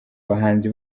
bahanzi